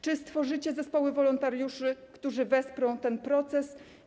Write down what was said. Czy stworzycie zespoły wolontariuszy, którzy wesprą ten proces?